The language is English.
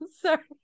Sorry